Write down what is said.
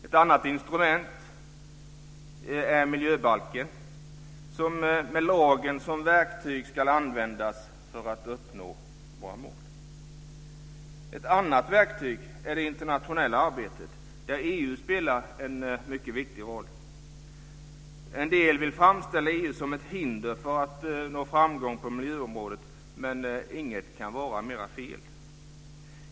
Ett annat instrument är miljöbalken, som med lagen som verktyg ska användas för att uppnå våra mål. Ett annat verktyg är det internationella arbetet, där EU spelar en mycket viktig roll. En del vill framställa EU som ett hinder för att nå framgång på miljöområdet, men inget kan vara mera fel.